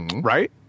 Right